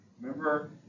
remember